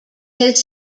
his